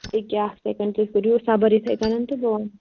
A کیٛاہ اَکھ second تُہۍ کٔرِو صَبٕر یِتھٕے کٔنۍ تہٕ بہٕ وَنہو